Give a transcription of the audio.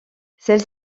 celle